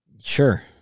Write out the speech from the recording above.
sure